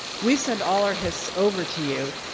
we send all our hysts over to you.